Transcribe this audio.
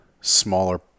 smaller